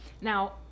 Now